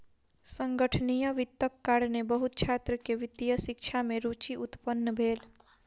संगणकीय वित्तक कारणेँ बहुत छात्र के वित्तीय शिक्षा में रूचि उत्पन्न भेल